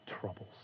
troubles